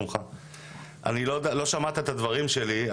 לא שמעת את הדברים שלי,